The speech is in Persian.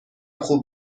خوب